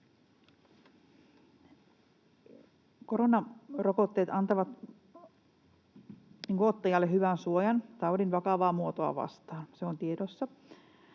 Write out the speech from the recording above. Koronarokotteet antavat niiden ottajille hyvän suojan taudin vakavaa muotoa vastaan, se on tiedossa.